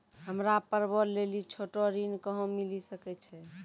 हमरा पर्वो लेली छोटो ऋण कहां मिली सकै छै?